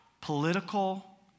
political